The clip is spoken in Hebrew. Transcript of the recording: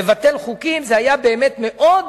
לבטל חוקים, זה היה באמת מאוד